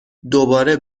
دوباره